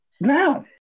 Now